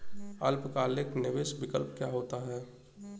अल्पकालिक निवेश विकल्प क्या होता है?